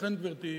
לכן, גברתי,